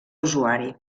usuari